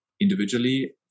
individually